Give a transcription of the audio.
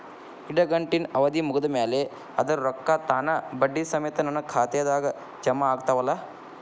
ಇಡಗಂಟಿನ್ ಅವಧಿ ಮುಗದ್ ಮ್ಯಾಲೆ ಅದರ ರೊಕ್ಕಾ ತಾನ ಬಡ್ಡಿ ಸಮೇತ ನನ್ನ ಖಾತೆದಾಗ್ ಜಮಾ ಆಗ್ತಾವ್ ಅಲಾ?